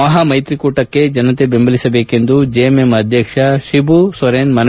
ಮಹಾಮ್ಮೆತ್ರಿಕೂಟಕ್ಕೆ ಜನತೆ ಬೆಂಬಲಿಸಬೇಕೆಂದು ಜೆಎಂಎಂ ಅಧ್ಯಕ್ಷ ಶಿಬು ಸೊರೆನ್ ಮನವಿ ಮಾಡಿದರು